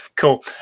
cool